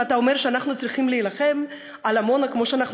אם אתה אומר שאנחנו צריכים להילחם על עמונה כמו שאנחנו